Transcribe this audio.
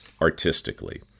artistically